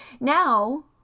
now